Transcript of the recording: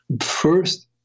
First